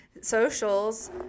socials